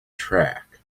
track